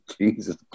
Jesus